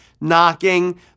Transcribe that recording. knocking